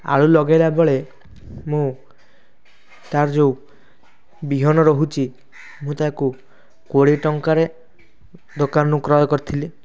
ଆଳୁ ଲଗେଇଲା ବେଳେ ମୁଁ ତା'ର ଯେଉଁ ବିହନ ରହୁଛି ମୁଁ ତାକୁ କୋଡ଼ିଏ ଟଙ୍କାରେ ଦୋକାନରୁ କ୍ରୟ କରିଥିଲି